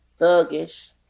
thuggish